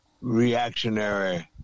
reactionary